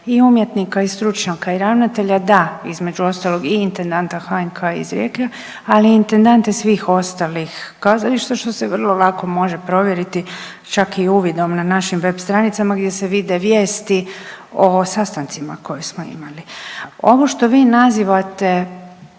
i umjetnika i stručnjaka i ravnatelja da između ostalog i intendanta HNK iz Rijeka, ali i intendanti svih ostalih kazališta što se vrlo lako može provjeriti čak i uvidom na našim web stranicama gdje se vide vijesti o sastancima koje smo imali. Ovo što vi nazivate